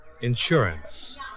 Insurance